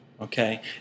okay